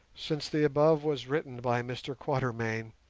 since the above was written by mr quatermain,